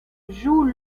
joue